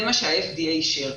זה מה שה-FDA אישר.